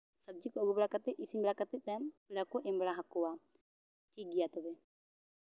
ᱥᱚᱵᱡᱤ ᱠᱚ ᱟᱹᱜᱩ ᱵᱟᱲᱟ ᱠᱟᱛᱮᱫ ᱤᱥᱤᱱ ᱵᱟᱲᱟ ᱠᱟᱛᱮᱫ ᱛᱟᱭᱚᱢ ᱯᱮᱲᱟ ᱠᱚ ᱮᱢ ᱵᱟᱰᱟ ᱟᱠᱚᱣᱟ ᱴᱷᱤᱠᱜᱮᱭᱟ ᱛᱚᱵᱮ